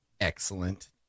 Excellent